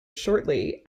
shortly